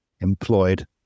employed